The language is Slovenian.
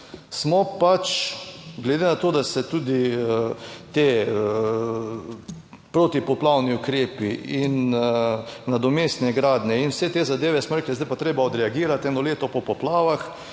smo pač glede na to, da se tudi te protipoplavni ukrepi in nadomestne gradnje in vse te zadeve, smo rekli, zdaj je pa treba odreagirati, eno leto po poplavah